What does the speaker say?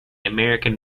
american